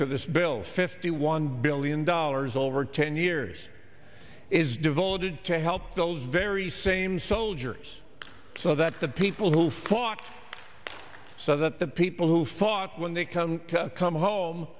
into this bill fifty one billion dollars over ten years is devoted to help those very same soldiers so that the people who fought so that the people who fought when they come to come home